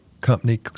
company